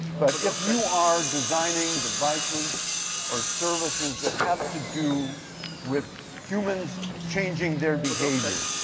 but if you are designing devices or services that have to do with humans changing their behavior,